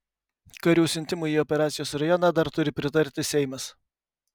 karių siuntimui į operacijos rajoną dar turi pritarti seimas